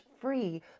free